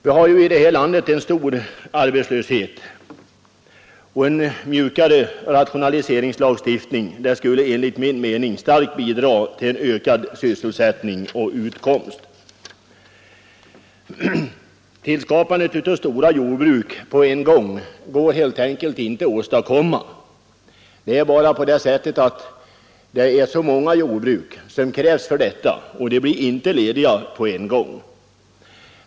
Vi har ju i det här landet en stor arbetslöshet, och en mjukare rationaliseringslagstiftning skulle enligt min mening starkt bidra till ökad sysselsättning och bättre utkomst. Det går helt enkelt inte att åstadkomma stora jordbruk på en gång. Det är bara på det sättet att så många jordbruk krävs för detta, och de blir inte lediga på en gång.